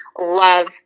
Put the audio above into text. love